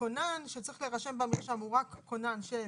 כונן שצריך להירשם במרשם הוא רק כונן של